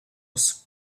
was